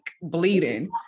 bleeding